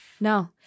No